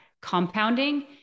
compounding